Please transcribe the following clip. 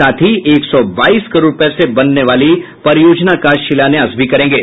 साथ ही एक सौ बाईस करोड़ रूपये से बनने वाली परियोजना का शिलान्यास भी करेंगे